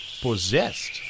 Possessed